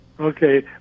Okay